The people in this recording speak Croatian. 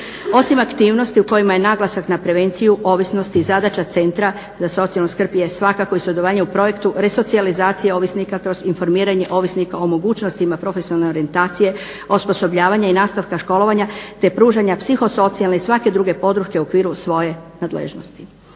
Osim aktivnosti u kojima je naglasak na prevenciju ovisnosti i zadaća Centra za socijalnu skrb jest svakako i sudjelovanje u projektu resocijalizacije ovisnika kroz informiranje ovisnika o mogućnostima profesionalne orijentacije osposobljavanja i nastavka školovanja te pružanja psihosocijalne i svake druge podrške u okviru svoje nadležnosti.